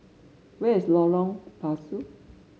where is Lorong Pasu